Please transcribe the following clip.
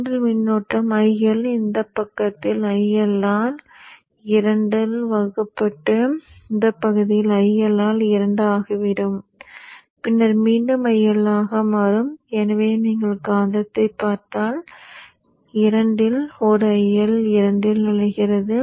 தூண்டல் மின்னோட்டம் IL இந்தப் பக்கத்தில் IL ஆல் 2 ஆல் வகுக்கப்பட்டு இந்தப் பக்கத்தில் IL ஆல் 2 ஆகிவிடும் பின்னர் மீண்டும் IL ஆக மாறும் எனவே நீங்கள் காந்தத்தைப் பார்த்தால் 2 இல் ஒரு IL 2 இல் நுழைகிறது